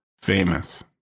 famous